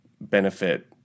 benefit